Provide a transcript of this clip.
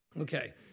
Okay